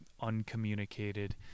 uncommunicated